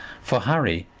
for harry,